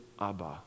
Abba